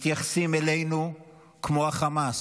מתייחסים אלינו כמו אל החמאס,